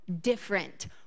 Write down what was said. different